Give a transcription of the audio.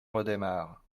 redémarre